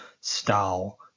style